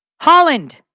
Holland